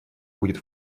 будет